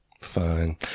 Fine